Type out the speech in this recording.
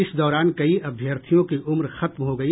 इस दौरान कई अभ्यर्थियों की उम्र खत्म हो गई